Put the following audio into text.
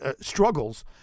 struggles